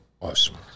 awesome